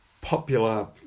popular